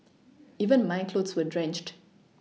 even my clothes were drenched